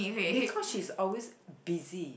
because she's always busy